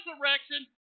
resurrection